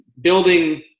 building